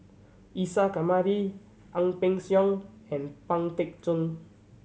Isa Kamari Ang Peng Siong and Pang Teck Joon